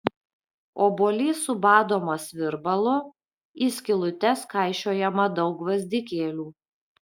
obuolys subadomas virbalu į skylutes kaišiojama daug gvazdikėlių